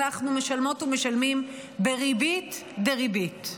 אנחנו משלמות ומשלמים בריבית דריבית.